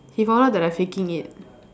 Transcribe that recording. he found out that I faking it